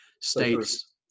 states